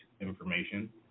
information